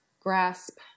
grasp